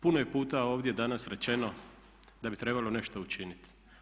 Puno je puta ovdje danas rečeno da bi trebalo nešto učiniti.